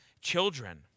children